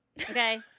Okay